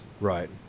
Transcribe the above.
Right